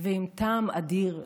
ועם טעם אדיר לעשייה.